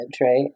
right